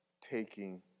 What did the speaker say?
taking